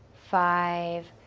five,